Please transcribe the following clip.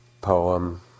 poem